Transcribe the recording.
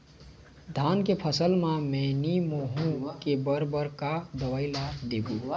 धान के फसल म मैनी माहो के बर बर का का दवई ला देबो?